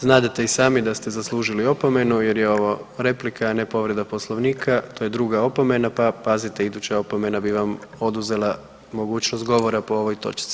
Znadete i sami da ste zaslužili opomenu jer je ovo replika, a ne povreda Poslovnika, to je druga opomena pa pazite, iduća opomena bi vam oduzela mogućnost govora po ovoj točci.